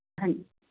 ਹਾਂਜੀ